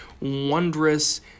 wondrous